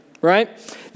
right